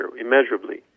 immeasurably